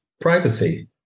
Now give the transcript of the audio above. Privacy